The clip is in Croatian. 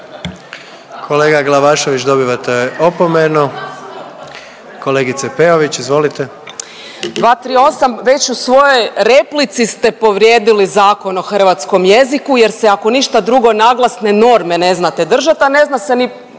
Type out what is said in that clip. Kolega Glavašević dobivate opomenu. Kolegice Peović izvolite. **Peović, Katarina (RF)** 238., već u svojoj replici ste povrijedili Zakon o hrvatskom jeziku jer se ako ništa drugo naglasne norme ne znate držat, a ne zna se ni